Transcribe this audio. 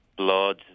blood